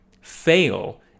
fail